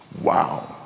Wow